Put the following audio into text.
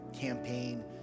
campaign